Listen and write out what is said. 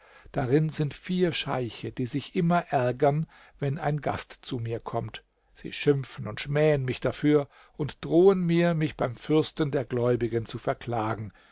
darin sind vier scheiche die sich immer ärgern wenn ein gast zu mir kommt sie schimpfen und schmähen mich dafür und drohen mir mich beim fürsten der gläubigen zu verklagen